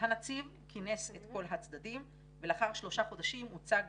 הנציב כינס את כל הצדדים ולאחר שלושה חודשים הוצג